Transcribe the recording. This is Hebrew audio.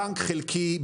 בנק חלקי,